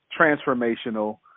transformational